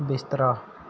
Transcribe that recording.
ਬਿਸਤਰਾ